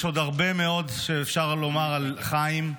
יש עוד הרבה מאוד שאפשר לומר על חיים,